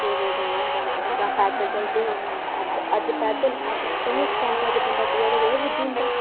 कुतै कुतै जाना होंदा हा जां पैदल चलदे है ते अज्ज पैदल अज्ज पंज सकैंट च ब़दा कुदे दा कुदे पुज्जी जंदा